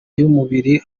y’umubiri